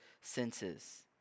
senses